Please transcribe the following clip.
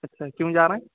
اچھا کیوں جا رہے ہیں